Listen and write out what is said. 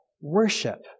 worship